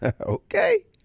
Okay